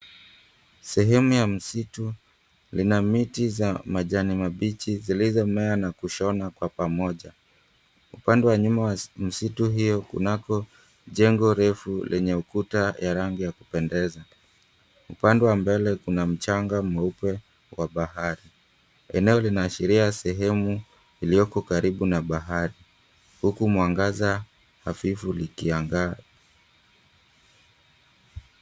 Sehemu ya msitu, lina miti za majani mabichi zilizomea na kushona kwa pamoja. Upande wa nyuma wa msitu hiyo, kunako jengo refu, lenye ukuta ya rangi ya kupendeza. Upande wa mbele kuna mchanga mweupe kwa bahari, eneo linaashiria sehemu iliyoko karibu na bahari. Huku mwangaza hafifu likiangaa.